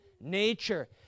nature